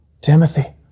Timothy